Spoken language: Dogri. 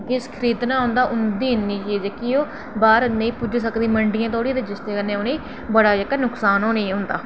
किश खरीदना होंदा प्ही इन्नी जेह्की ओह् बाह्र निं पुज्जी सकदी मंडियें जेह्की ओह् बड़ा जेह्का ओह् नुक्सान होने ई ओह् होंदा